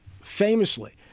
famously